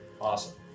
Awesome